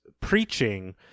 preaching